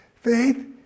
Faith